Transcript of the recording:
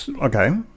Okay